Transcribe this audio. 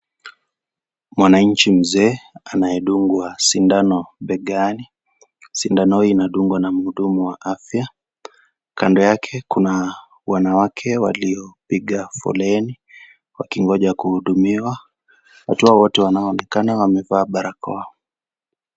Mwananchi mzee anaye dungwa sindano begani, sindano hii inadungwa na mhudumu wa afya kando yake kuna wanawake walio piga foleni wakingoja kuhudumiwa, watu hawa wote wanao onekana wamevaa barakoa.